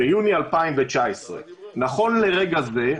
ביוני 2019. נכון לרגע זה,